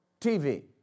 TV